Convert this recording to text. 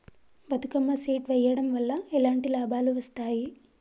Bathukamma seed వెయ్యడం వల్ల ఎలాంటి లాభాలు వస్తాయి?